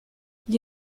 gli